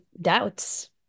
doubts